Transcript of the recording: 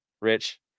Rich